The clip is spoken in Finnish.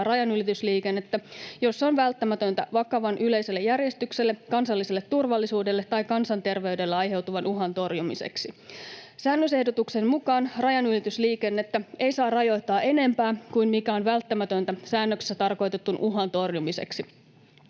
rajanylitysliikennettä, jos se on välttämätöntä vakavan yleiselle järjestykselle, kansalliselle turvallisuudelle tai kansanterveydelle aiheutuvan uhan torjumiseksi. Sään-nösehdotuksen mukaan rajanylitysliikennettä ei saa rajoittaa enempää kuin mikä on välttämätöntä säännöksessä tarkoitetun uhan torjumiseksi.